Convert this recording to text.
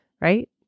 right